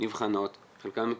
חלקן מתוקצבות,